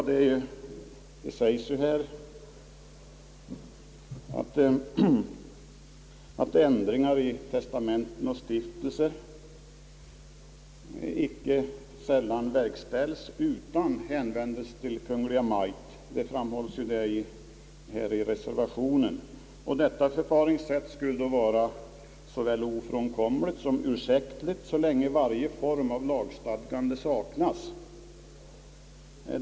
Det framhålles här i reservationen, att ändringar i testamenten och stiftelser icke sällan verkställes utan hänvändelse till Kungl. Maj:t. Detta förfaringssätt skulle då vara såväl ofrånkomligt com ursäktligt så länge varje form av lagstadgande saknas.